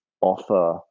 offer